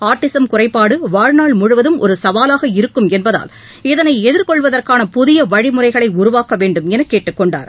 autism குறைபாடு வாழ்நாள் முழுவதும் ஒரு சவாலாக இருக்கும் என்பதால் இதனை எதிர்கொள்வதற்கான புதிய வழிமுறைகளை உருவாக்க வேண்டும் என கேட்டுக் கொண்டார்